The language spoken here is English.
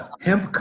hemp